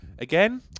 Again